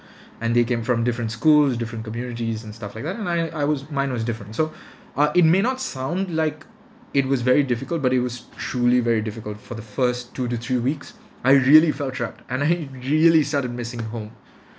and they came from different schools different communities and stuff like that and I I was mine was different so uh it may not sound like it was very difficult but it was truly very difficult for the first two to three weeks I really felt trapped and I really started missing home